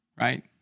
right